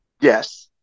Yes